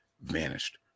vanished